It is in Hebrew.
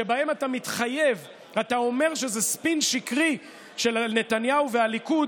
שבהם אתה מתחייב ואתה אומר שזה ספין שקרי של נתניהו והליכוד